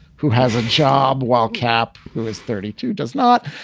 who has a job while cap, who is thirty two, does not.